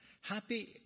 happy